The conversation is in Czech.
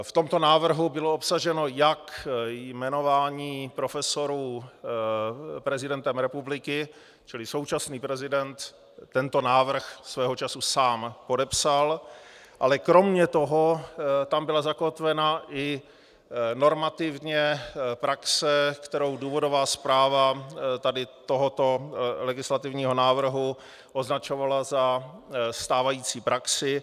V tomto návrhu bylo obsaženo jak jmenování profesorů prezidentem republiky, čili současný prezident tento návrh svého času sám podepsal, ale kromě toho tam byla zakotvena i normativně praxe, kterou důvodová zpráva tohoto legislativního návrhu označovala za stávající praxi.